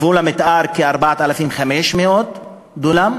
גבול המתאר, כ-4,500 דונם.